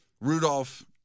Rudolph